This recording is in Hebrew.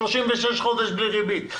36 חודשים בלי ריבית,